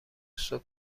صبح